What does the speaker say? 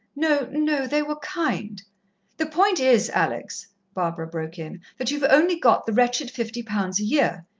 no no. they were kind the point is, alex, barbara broke in, that you've only got the wretched fifty pounds a year.